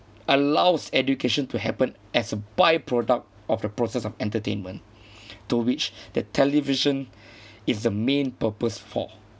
allows education to happen as a byproduct of the process of entertainment to which the television is the main purpose for